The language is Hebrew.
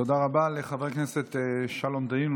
תודה רבה לחבר הכנסת שלום דנינו,